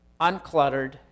uncluttered